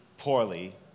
poorly